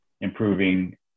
improving